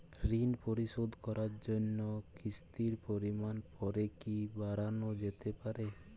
ঋন পরিশোধ করার জন্য কিসতির পরিমান পরে কি বারানো যেতে পারে?